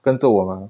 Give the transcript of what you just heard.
跟着我来